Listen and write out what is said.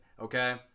Okay